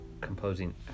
composing